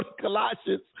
Colossians